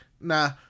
nah